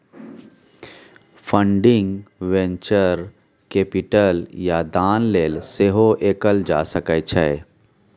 funding venture capital या दान लेल सेहो कएल जा सकै छै